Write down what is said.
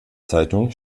zeitung